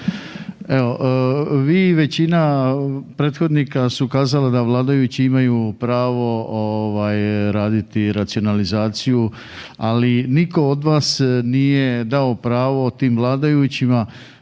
Evo, vi i većina prethodnika su kazala da vladajući imaju pravo ovaj raditi racionalizaciju ali nitko od vas nije dao pravo tim vladajućima